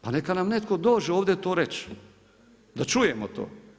Pa neka nam netko dođe ovdje to reći, da čujemo to.